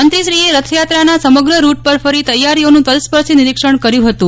મંત્રીશ્રીએ રથયાત્રાના સમગ્ર રૂટ પર ફરી તૈયારીઓનું તળસ્પર્શી નિરીક્ષણ કર્યું હતું